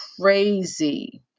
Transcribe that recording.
crazy